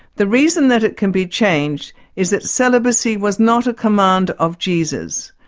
the reason that it can be changed is that celibacy was not a command of jesus.